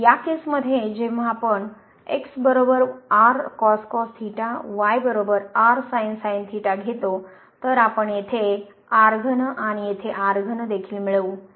या केस मध्ये जेव्हा आपण घेतो तर आपण येथे आणि येथे देखील मिळवू